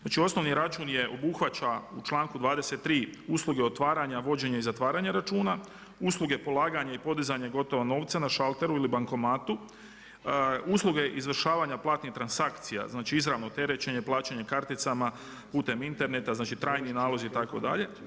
Znači osnovni račun je, obuhvaća u čl. 23. usluge otvaranja, vođenje i zatvaranje računa, usluge polaganje i podizamanje gotovog novca na šalteru ili bankomatu, usluge izvršavanja platnih transakcija, znači izravno terečenje, plaćanje karticama putem interetneta, trajni naloz itd.